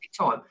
time